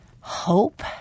hope